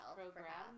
program